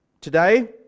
Today